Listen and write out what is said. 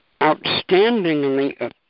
outstandingly